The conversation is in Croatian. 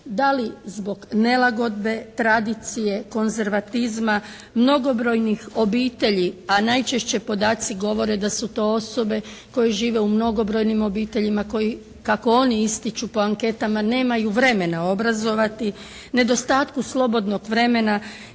Da li zbog nelagodbe, tradicije, konzervatizma, mnogobrojnih obitelji a najčešće podaci govore da su to osobe koje žive u mnogobrojnim obiteljima, kako oni ističu po anketama nemaju vremena obrazovati, nedostatku slobodnog vremena.